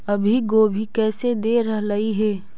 अभी गोभी कैसे दे रहलई हे?